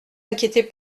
inquiétez